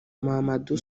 mamadou